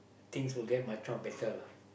things will get much more better lah